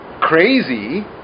crazy